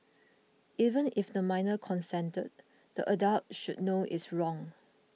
even if the minor consented the adult should know it's wrong